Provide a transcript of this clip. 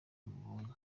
bamubonye